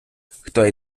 хто